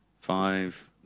five